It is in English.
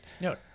no